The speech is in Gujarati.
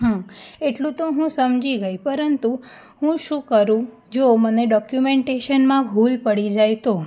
હા એટલું તો હું સમજી ગઈ પરંતુ હું શું કરું જો મને ડોક્યુમેન્ટેસનમાં ભૂલ પડી જાય તો